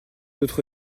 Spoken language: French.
autre